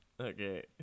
Okay